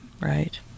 Right